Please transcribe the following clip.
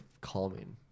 calming